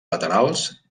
laterals